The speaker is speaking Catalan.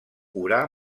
urà